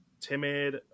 timid